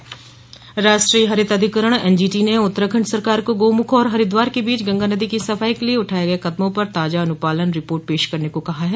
NGT राष्ट्रीय हरित अधिकरण एनजीटी ने उत्तराखंड सरकार को गोमुख और हरिद्वार के बीच गंगा नदी की सफाई के लिए उठाये गये कदमों पर ताजा अनुपालन रिपोर्ट पेश करने को कहा है